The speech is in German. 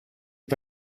die